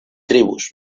tribus